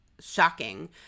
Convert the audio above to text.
shocking